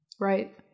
Right